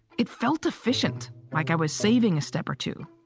it felt efficient, like i was saving a step or two.